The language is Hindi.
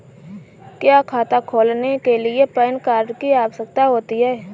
क्या खाता खोलने के लिए पैन कार्ड की आवश्यकता होती है?